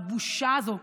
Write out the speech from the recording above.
הבושה הזו,